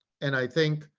and i think